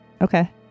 Okay